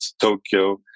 Tokyo